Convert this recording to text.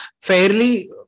Fairly